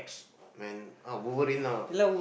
man uh Wolverine lah